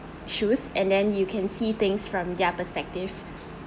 shoes and then you can see things from their perspective